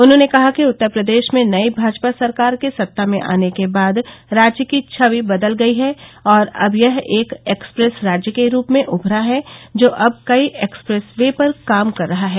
उन्होंने कहा कि उत्तर प्रदेश में नई भाजपा सरकार के सता में आने के बाद राज्य की छवि बदल गई है और अब यह एक एक्सप्रेस राज्य के रूप में उभरा है जो अब कई एक्सप्रेस वे पर काम कर रहा है